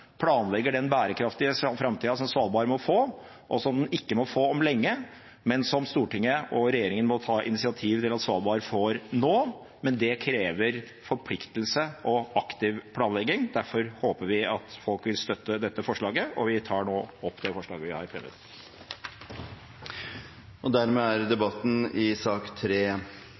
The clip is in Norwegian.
planlegger den bærekraftige framtida som Svalbard må få, som det ikke må få om lenge, men som Stortinget og regjeringen må ta initiativ til at Svalbard får nå. Det krever forpliktelse og aktiv planlegging. Derfor håper vi at folk vil støtte dette forslaget. Jeg tar nå opp det forslaget vi har